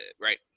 Right